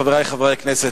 חברי חברי הכנסת,